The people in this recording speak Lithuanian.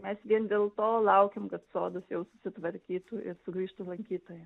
mes vien dėl to laukiam kad sodas jau susitvarkytų ir sugrįžtų lankytojai